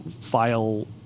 file